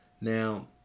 Now